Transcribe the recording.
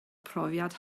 profiad